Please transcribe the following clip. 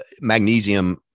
magnesium